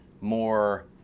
more